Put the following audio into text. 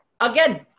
Again